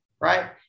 right